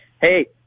hey